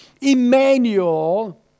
Emmanuel